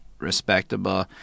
respectable